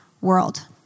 world